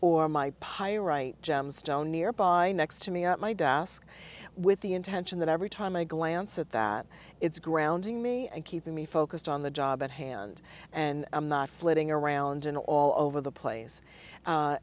or my pyrite gemstone nearby next to me at my desk with the intention that every time i glance at that it's grounding me and keep me focused on the job at hand and i'm not flitting around in all over the place